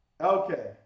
Okay